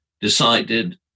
decided